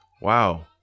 Wow